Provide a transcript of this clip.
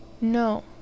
No